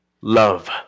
love